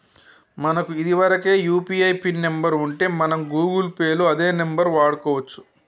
మనకు ఇదివరకే UPI PIN number ఉంటే మనం గూగుల్ పే లో అదే నెంబర్ వాడుకోవచ్చు